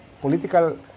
political